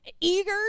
eager